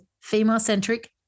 female-centric